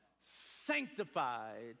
sanctified